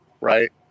right